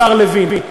השר לוין,